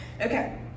Okay